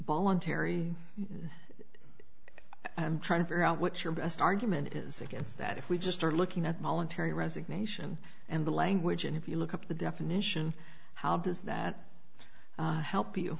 terry i'm trying to figure out what your best argument is against that if we just are looking at mollen terry resignation and the language and if you look up the definition how does that help you